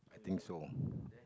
I think so